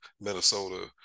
Minnesota –